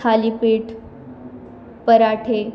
थालीपीठ पराठे